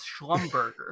Schlumberger